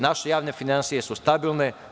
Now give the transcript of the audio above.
Naše javne finansije su stabilne.